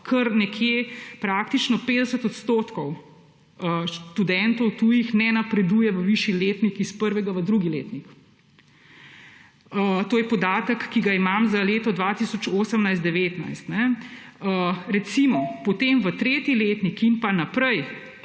nekje praktično 50 % tujih študentov ne napreduje v višji letnik iz prvega v drugi letnik. To je podatek, ki ga imam za leto 2018/2019. Recimo potem v tretji letnik in pa naprej